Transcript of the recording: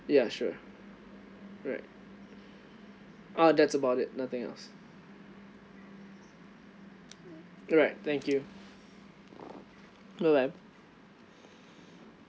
ya sure right ah that's about it nothing else alright thank you bye bye